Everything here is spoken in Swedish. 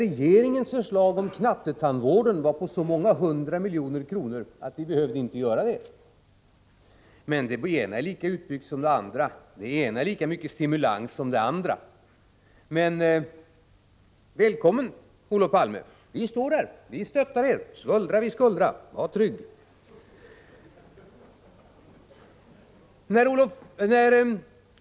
Regeringens förslag om knattetandvården uppgick nämligen till så många hundra miljoner att vi inte behövde göra det. Verksamheten på de områden som våra förslag avsåg är emellertid lika utbyggd som barnoch ungdomstandvården, och bidragen till färdtjänst och särskolor är lika mycket stimulansbidrag som bidragen till barnoch ungdomstandvården. Men Olof Palme är välkommen. Vi stöttar er, skuldra vid skuldra. Var trygg!